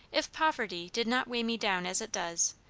if poverty did not weigh me down as it does,